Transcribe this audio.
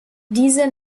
diese